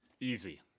Easy